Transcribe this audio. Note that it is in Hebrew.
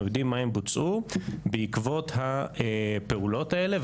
יודעים מה הם בוצעו בעקבות הפעולות האלה.